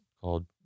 called